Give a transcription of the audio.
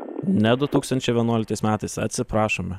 ne du tūkstančiai vienuoliktais metais atsiprašome